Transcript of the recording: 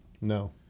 No